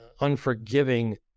unforgiving